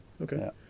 okay